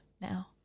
now